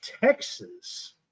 Texas